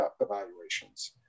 evaluations